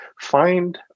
find